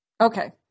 Okay